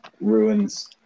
ruins